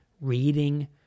reading